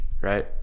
right